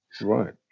Right